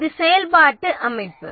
இது செயல்பாட்டு அமைப்பு